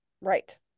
Right